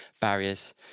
barriers